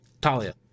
Talia